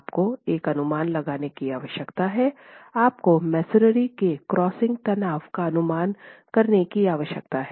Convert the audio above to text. आपको एक अनुमान लगाने की आवश्यकता है आपको मसोनरी के क्रशिंग तनाव का अनुमान करने की आवश्यकता है